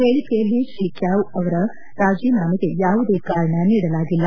ಹೇಳಕೆಯಲ್ಲಿ ಶ್ರೀ ಕ್ಯಾವ್ ಅವರ ರಾಜೀನಾಮೆಗೆ ಯಾವುದೇ ಕಾರಣ ನೀಡಲಾಗಿಲ್ಲ